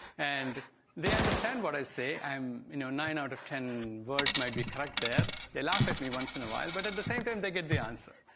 and they understand what i say. um you know nine out of ten words might be corrected. they laugh at me once in a while, but at the same time they get the answer.